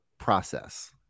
Process